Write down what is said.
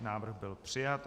Návrh byl přijat.